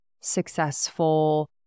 successful